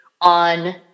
on